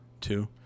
Two